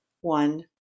one